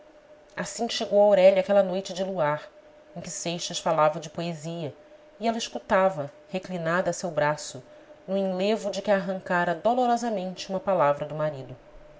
assim chegou aurélia àquela noite de luar em que seixas falava de poesia e ela escutava reclinada a seu braço no enlevo de que a arrancara dolorosamente uma palavra do marido